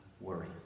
worry